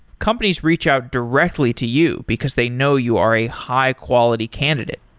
companies reach out directly to you, because they know you are a high-quality candidate.